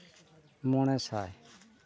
ᱢᱚᱬᱮ ᱥᱟᱭ